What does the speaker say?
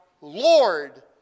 Lord